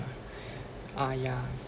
ah yeah